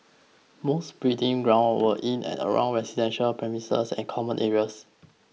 most breeding grounds were in and around residential premises and common areas